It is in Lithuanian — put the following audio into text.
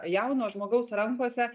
jauno žmogaus rankose